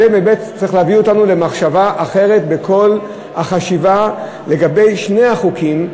זה צריך להביא אותנו למחשבה אחרת בכל החשיבה לגבי שני החוקים,